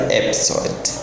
episode